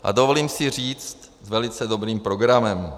A dovolím si říct s velice dobrým programem.